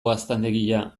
gaztandegia